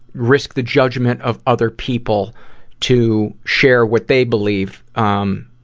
risk the judgment of other people to share what they believe um,